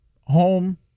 Home